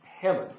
heaven